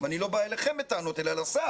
ואני לא בא אליכם בטענות אלא לשר